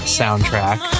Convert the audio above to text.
soundtrack